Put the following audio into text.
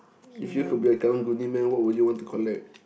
if you could be a karang-guni man what would you want to collect